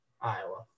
Iowa